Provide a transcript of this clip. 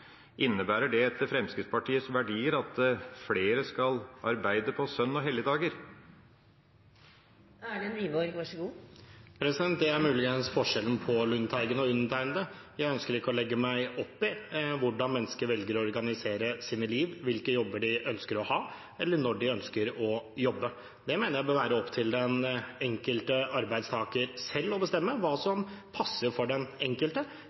innebærer det etter Fremskrittspartiets verdier at flere skal arbeide på søn- og helligdager? Det er muligens forskjellen på Lundteigen og undertegnede. Jeg ønsker ikke å legge meg opp i hvordan mennesker velger å organisere sitt liv, hvilke jobber de ønsker å ha eller når de ønsker å jobbe. Jeg mener det bør være opp til den enkelte arbeidstaker selv å bestemme hva som passer for den enkelte